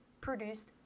produced